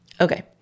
Okay